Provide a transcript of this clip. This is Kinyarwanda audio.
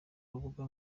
rubuga